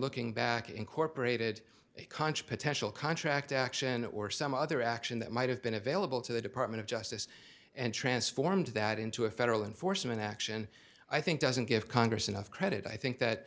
looking back incorporated a contra potential contract action or some other action that might have been available to the department of justice and transformed that into a federal enforcement action i think doesn't give congress enough credit i think that